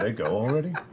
ah go already?